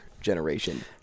generation